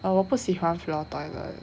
uh 我不喜欢 floor toilet